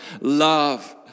love